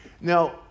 Now